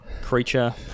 creature